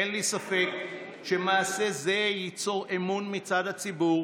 ואין לי ספק שמעשה זה ייצור אמון מצד הציבור